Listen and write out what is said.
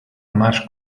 más